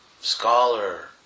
scholar